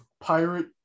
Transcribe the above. pirate